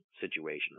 situation